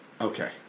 Okay